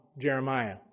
Jeremiah